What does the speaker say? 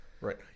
right